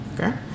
Okay